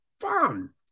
fun